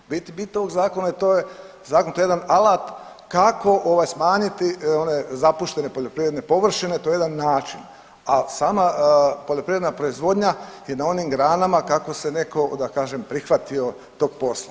U biti bit ovog zakona to je zakon to je jedan alat kako smanjiti zapuštene poljoprivredne površine to je jedan način, a sama poljoprivredna proizvodnja je na onim granama kako se neko da kažem prihvatio tog posla.